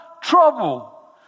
trouble